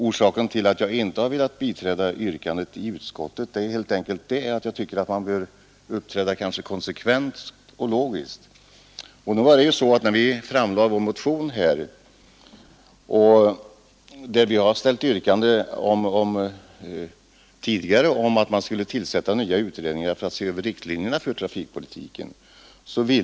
Orsaken till att jag inte har velat biträda yrkandet i utskottet är helt enkelt att jag tycker att man bör uppträda konsekvent och logiskt. Vi har tidigare framlagt motioner där vi ställt yrkandet om att man skulle tillsätta nya utredningar för att se över riktlinjerna för trafikpolitiken.